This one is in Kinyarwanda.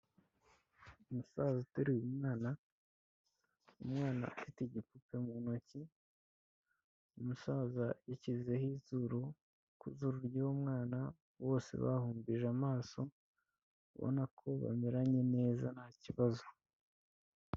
Umusaza uteruye umwana, umwana ufite igipupe mu ntoki, umusaza yashyizeho izuru, ku zuru ry'uwo mwana bose bahumbije amaso ubona ko bameranye neza nta kibazo.